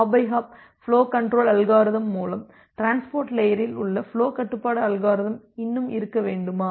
hop by hop flow control algorithm மூலம் transport லேயரில் flow கட்டுப்பாட்டு அல்காரிதம் இன்னும் இருக்க வேண்டுமா